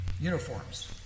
uniforms